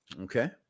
Okay